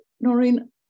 Noreen